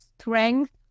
strength